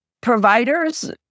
provider's